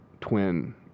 twin